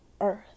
earth